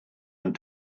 ein